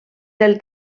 del